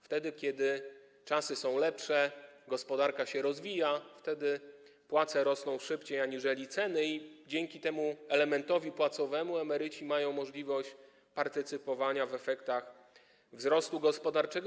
Wtedy, kiedy czasy są lepsze, gospodarka się rozwija, płace rosną szybciej aniżeli ceny, a dzięki temu elementowi płacowemu emeryci mają możliwość partycypowania w efektach wzrostu gospodarczego.